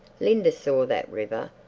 linda saw that river,